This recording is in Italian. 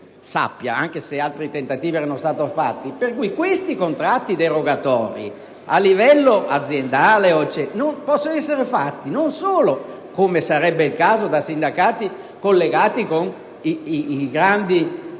anche se altri tentativi erano stati fatti - che questi contratti derogatori a livello aziendale possano essere fatti non solo, come sarebbe il caso, da sindacati collegati con le grandi